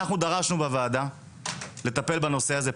אנחנו דרשנו בוועדה לטפל בנושא הזה.